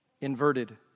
inverted